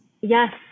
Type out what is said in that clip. Yes